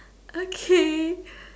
okay